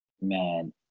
Man